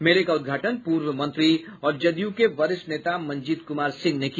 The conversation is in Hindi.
मेले का उद्घाटन पूर्व मंत्री और जदयू के वरिष्ठ नेता मंजीत कुमार सिंह ने किया